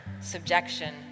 subjection